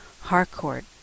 Harcourt